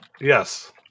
Yes